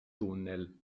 tunnel